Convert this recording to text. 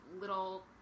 little